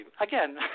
again